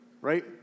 right